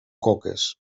coques